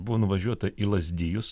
buvo nuvažiuota į lazdijus